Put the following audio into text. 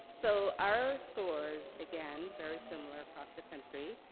so, our scores, again, very similar across the country.